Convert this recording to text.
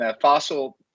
fossil